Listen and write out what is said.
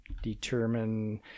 determine